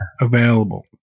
available